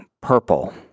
purple